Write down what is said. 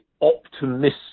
optimistic